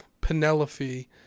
Penelope